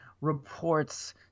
reports